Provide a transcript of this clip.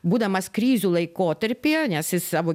būdamas krizių laikotarpyje nes jis savo